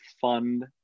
fund